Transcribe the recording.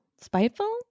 spiteful